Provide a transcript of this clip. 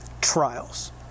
trials